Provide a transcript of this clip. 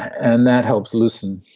and that helps loosen